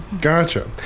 Gotcha